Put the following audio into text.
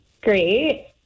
Great